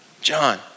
john